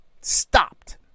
stopped